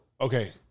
okay